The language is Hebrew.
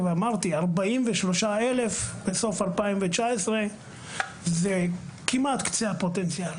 אמרתי, 43 אלף עד סוף 2019 זה כמעט קצה הפוטנציאל.